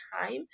time